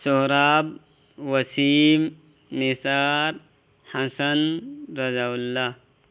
Sohrab Waseem Nisar Hasan Raza Allah